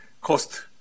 cost